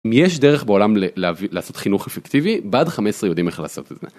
אם יש דרך בעולם לעשות חינוך אפקטיבי, בה"ד 15 יודעים איך לעשות את זה.